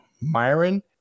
Myron